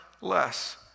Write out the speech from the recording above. less